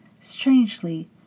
strangely